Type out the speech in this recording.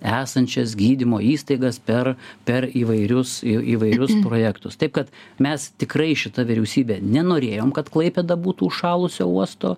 esančias gydymo įstaigas per per įvairius įvairius projektus taip kad mes tikrai šita vyriausybė nenorėjom kad klaipėda būtų užšalusio uosto